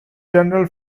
general